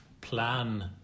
plan